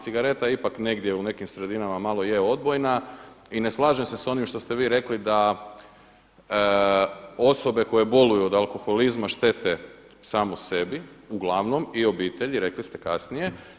Cigareta je ipak negdje u nekim sredinama malo je odbojna i ne slažem se sa onim što ste vi rekli da osobe koje boluju od alkoholizma štete samo sebi uglavnom i obitelji, rekli ste kasnije.